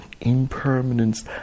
impermanence